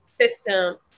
system